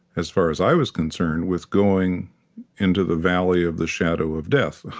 as far as i was concerned, with going into the valley of the shadow of death.